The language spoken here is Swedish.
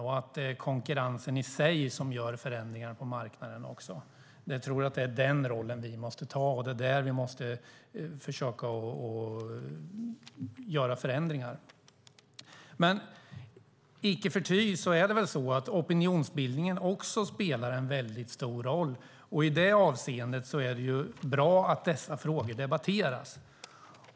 Också konkurrensen i sig medför förändringar på marknaden. Jag tror att det är den rollen vi måste ha. Det är där vi måste försöka göra förändringar. Icke förty spelar opinionsbildning stor roll, och i det avseendet är det bra att dessa frågor debatteras.